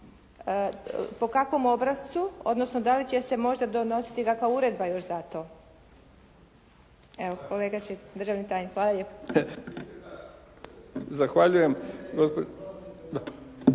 po kakvom obrascu, odnosno da li će se možda donositi dakle uredba još za to? Evo kolega će, državni tajnik. Hvala lijepo.